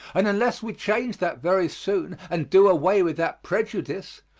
and unless we change that very soon and do away with that prejudice,